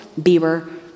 Bieber